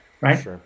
right